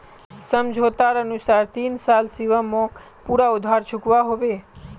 समझोतार अनुसार तीन साल शिवम मोक पूरा उधार चुकवा होबे